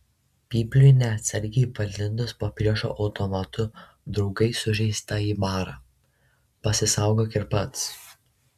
pypliui neatsargiai palindus po priešo automatu draugai sužeistąjį bara pasisaugok ir pats